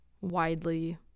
widely